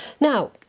Now